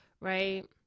right